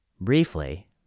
briefly